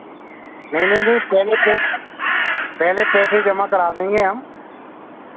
नहीं नहीं नहीं पहले तो पहले पैसे जमा करा देंगे हम